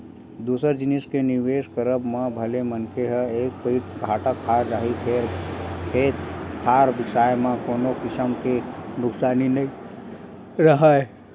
दूसर जिनिस के निवेस करब म भले मनखे ह एक पइत घाटा खा जाही फेर खेत खार बिसाए म कोनो किसम के नुकसानी नइ राहय